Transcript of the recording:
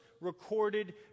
recorded